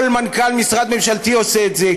כל מנכ"ל משרד ממשלתי עושה את זה,